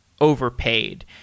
overpaid